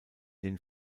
den